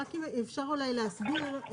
רק אם אפשר להסביר,